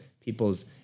people's